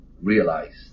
realized